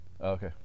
Okay